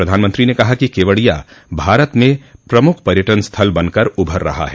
प्रधानमंत्री ने कहा कि केवडिया भारत में प्रमुख पर्यटन स्थल बनकर उभर रहा है